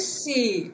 see